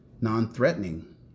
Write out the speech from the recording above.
non-threatening